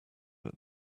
that